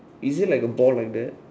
is it like a ball like that